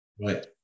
Right